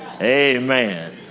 Amen